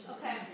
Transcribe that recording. Okay